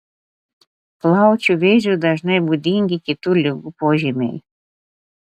plaučių vėžiui dažnai būdingi kitų ligų požymiai